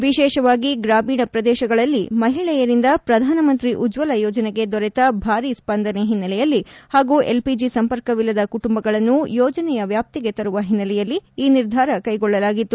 ವಿಶೇಷವಾಗಿ ಗ್ರಾಮೀಣ ಪ್ರದೇಶಗಳಲ್ಲಿ ಮಹಿಳೆಯರಿಂದ ಪ್ರಧಾನಮಂತ್ರಿ ಉಜ್ವಲ ಯೋಜನೆಗೆ ದೊರೆತ ಭಾರೀ ಸ್ಪಂದನೆ ಹಿನ್ನೆಲೆಯಲ್ಲಿ ಹಾಗೂ ಎಲ್ಪಿಜಿ ಸಂಪರ್ಕವಿಲ್ಲದ ಕುಟುಂಬಗಳನ್ನು ಯೋಜನೆಯ ವ್ಯಾಪ್ತಿಗೆ ತರುವ ಹಿನ್ನೆಲೆಯಲ್ಲಿ ಈ ನಿರ್ಧಾರ ಕೈಗೊಳ್ಳಲಾಗಿತ್ತು